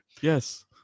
Yes